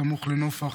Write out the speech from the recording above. סמוך לנופך,